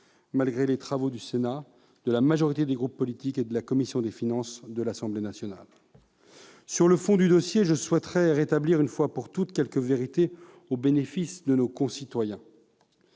malgré les travaux du Sénat, de la majorité des groupes politiques et de la commission des finances de l'Assemblée nationale. Sur le fond du dossier, je souhaite rétablir une fois pour toutes quelques vérités au bénéfice de nos concitoyens.